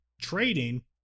trading